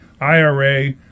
IRA